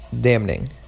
damning